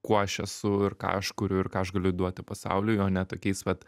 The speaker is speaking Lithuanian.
kuo aš esu ir ką aš kuriu ir ką aš galiu duoti pasauliui o ne tokiais vat